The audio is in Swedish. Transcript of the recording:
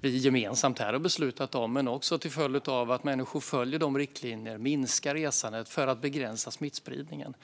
vi gemensamt här har beslutat om och till följd av att människor följer de riktlinjer som finns om att minska resandet för att begränsa smittspridningen.